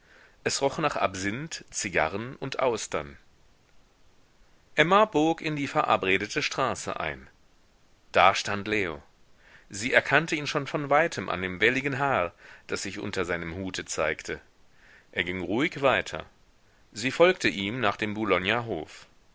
es roch nach absinth zigarren und austern emma bog in die verabredete straße ein da stand leo sie erkannte ihn schon von weitem an dem welligen haar das sich unter seinem hute zeigte er ging ruhig weiter sie folgte ihm nach dem boulogner hof